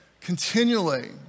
continually